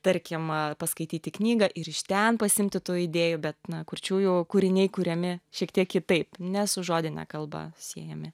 tarkim paskaityti knygą ir iš ten pasiimti tų idėjų bet na kurčiųjų kūriniai kuriami šiek tiek kitaip ne su žodine kalba siejami